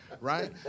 right